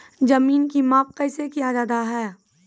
जमीन की माप कैसे किया जाता हैं?